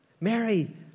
Mary